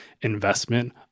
investment